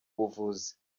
buvuzi